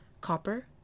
Copper